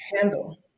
handle